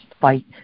fight